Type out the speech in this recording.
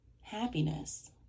happiness